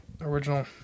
original